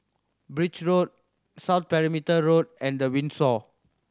Birch Road South Perimeter Road and The Windsor